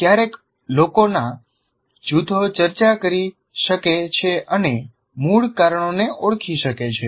ક્યારેક લોકોના જૂથો ચર્ચા કરી શકે છે અને મૂળ કારણોને ઓળખી શકે છે